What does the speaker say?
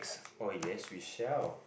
oh yes we shall